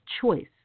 choice